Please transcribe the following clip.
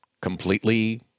completely